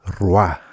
Roi